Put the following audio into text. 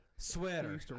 Sweater